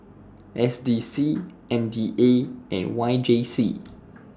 S D C M D A and Y J C